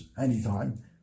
anytime